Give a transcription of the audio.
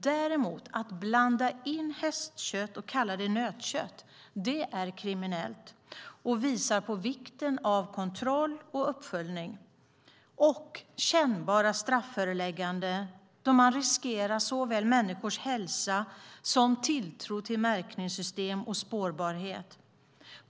Däremot att blanda in hästkött och kalla det nötkött är kriminellt och visar på vikten av kontroll och uppföljning samt kännbara strafförlägganden eftersom såväl människors hälsa som tilltro till märkningssystem och spårbarhet riskeras.